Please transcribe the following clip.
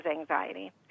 anxiety